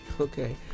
Okay